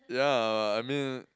ya I mean